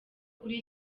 kuri